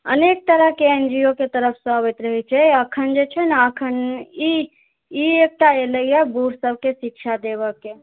अनेक तरहके एनजीओके तरफसँ अबैत रहै छै एखन जे छै ने एखन ई एकटा एलैए बूढ़ सबके शिक्षा देबऽके